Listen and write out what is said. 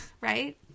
right